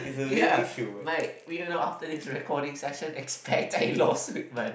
ya my we do not after this recording session expect I lost weight man